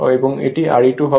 এবং এটি Re2 হবে